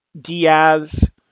Diaz